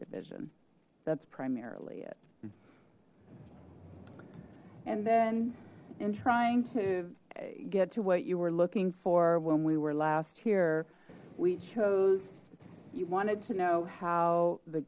division that's primarily it and then in trying to get to what you were looking for when we were last here we chose you wanted to know how the